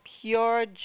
pure